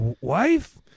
wife